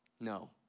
No